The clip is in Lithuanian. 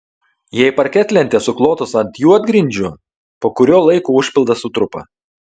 jei parketlentės suklotos ant juodgrindžių po kurio laiko užpildas sutrupa